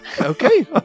Okay